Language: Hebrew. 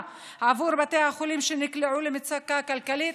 עבור בתי החולים שנקלעו למצוקה כלכלית,